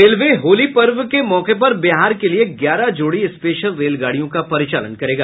railway Holi पर्व के मौके पर बिहार के लिए ग्यारह जोड़ी स्पेशल रेलगाड़ियो का परिचालन करेगा